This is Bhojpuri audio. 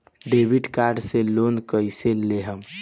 डेबिट कार्ड से लोन कईसे लेहम?